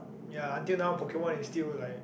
ya until now Pokemon is still like